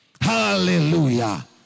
Hallelujah